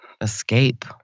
escape